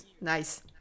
Nice